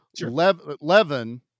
Levin